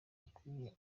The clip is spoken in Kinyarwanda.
bikwiye